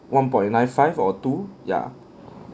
one point nine five or two yeah